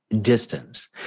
distance